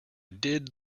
did